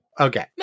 Okay